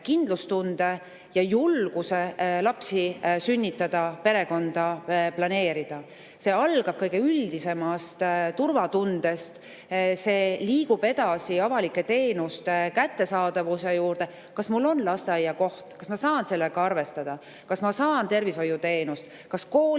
ja julguse lapsi sünnitada, perekonda planeerida. See algab kõige üldisemast turvatundest ja liigub edasi avalike teenuste kättesaadavuse juurde. Kas mul on lasteaiakoht? Kas ma saan sellega arvestada? Kas ma saan tervishoiuteenust? Kas